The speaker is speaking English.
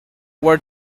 were